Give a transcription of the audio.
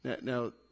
Now